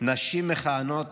נשים מכהנות